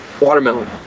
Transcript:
Watermelon